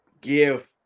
give